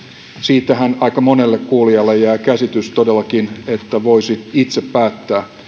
siitähän aika monelle kuulijalle jää todellakin käsitys että voisi itse päättää